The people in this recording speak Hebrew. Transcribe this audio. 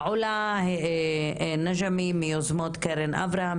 עולא נג'מי מיוזמות קרן אברהם,